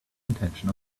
intention